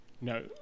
No